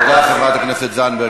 תודה, חברת הכנסת זנדברג.